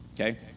okay